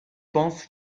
pense